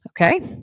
Okay